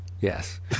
Yes